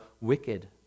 wicked